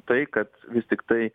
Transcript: tai kad vis tiktai